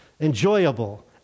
enjoyable